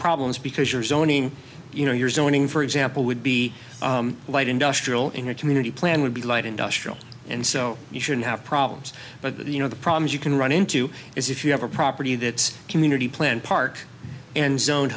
problems because you're zoning you know your zoning for example would be light industrial in your community plan would be light industrial and so you shouldn't have problems but you know the problems you can run into is if you have a property that's community plan park and zone